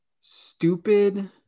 stupid